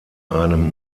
einem